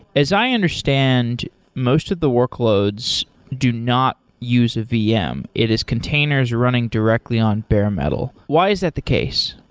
as i understand most of the workloads do not use a vm. it is containers running directly on bare metal. why is that the case?